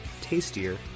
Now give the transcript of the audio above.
tastier